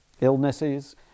Illnesses